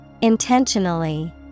Intentionally